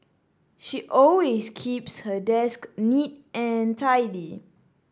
she always keeps her desk neat and tidy